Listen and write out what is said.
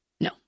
No